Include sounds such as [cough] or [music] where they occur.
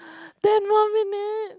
[breath] ten more minutes